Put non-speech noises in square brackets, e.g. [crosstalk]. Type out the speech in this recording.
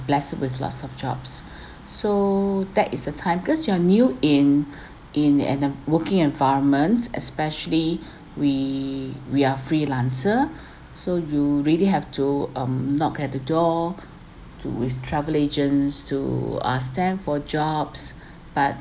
blessed with lots of jobs [breath] so that is a time because you are new in [breath] in an a working environment especially [breath] we we are freelancer [breath] so you really have to um knock at the door [breath] to with travel agents to ask them for jobs [breath] but